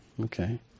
okay